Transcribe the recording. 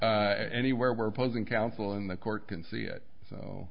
it anywhere where opposing counsel in the court can see it so